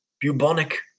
bubonic